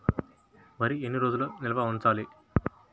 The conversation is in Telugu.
వరి ఎన్ని రోజులు నిల్వ ఉంచాలి?